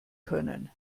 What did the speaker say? können